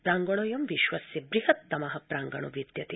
प्रांगणोऽयं विश्वस्य बृहत्तमः प्रांगणो विद्यते